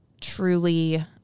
truly